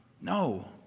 No